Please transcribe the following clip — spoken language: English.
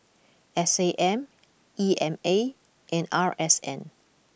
S A M E M A and R S N